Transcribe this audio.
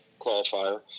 qualifier